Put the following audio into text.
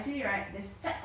ya